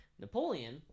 Napoleon